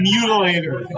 Mutilator